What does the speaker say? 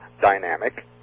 dynamic